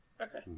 okay